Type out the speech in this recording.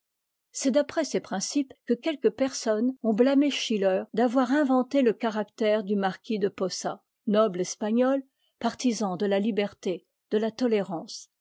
c'est d'après ces principes que quelques personnes ont blâmé schiller d'avoir inventé le caractère du marquis de'posa noble espagnol partisan dela liberté de la tolérance